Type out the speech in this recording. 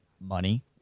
money